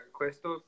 questo